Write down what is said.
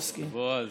מי שישמע ישמע.